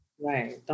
Right